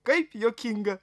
kaip juokinga